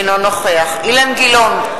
אינו נוכח אילן גילאון,